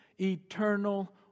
eternal